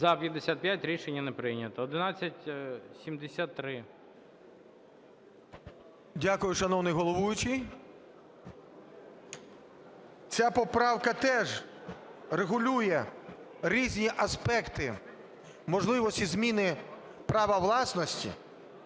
За-55 Рішення не прийнято. 1173. 17:38:11 ШУФРИЧ Н.І. Дякую, шановний головуючий. Ця поправка теж регулює різні аспекти можливості зміни права власності.